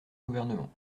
gouvernement